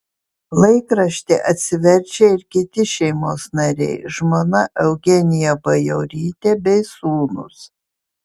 laikraštį atsiverčia ir kiti šeimos nariai žmona eugenija bajorytė bei sūnūs